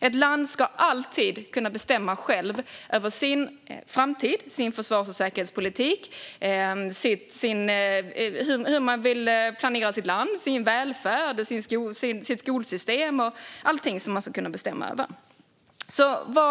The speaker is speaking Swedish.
Ett land ska alltid kunna bestämma själv över sin framtid, över sin försvars och säkerhetspolitik och hur man vill planera sitt land, sin välfärd och sitt skolsystem - allting som man ska kunna bestämma över.